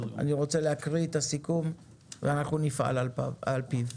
אני רוצה להקריא את הסיכום ואנחנו נפעל על פיו.